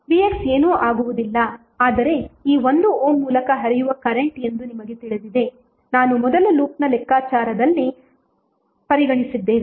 vx ಏನೂ ಆಗುವುದಿಲ್ಲ ಆದರೆ ಈ 1 ಓಮ್ ಮೂಲಕ ಹರಿಯುವ ಕರೆಂಟ್ ಎಂದು ನಿಮಗೆ ತಿಳಿದಿದೆ ನಾನು ಮೊದಲ ಲೂಪ್ನ ಲೆಕ್ಕಾಚಾರದಲ್ಲಿ ಪರಿಗಣಿಸಿದ್ದೇವೆ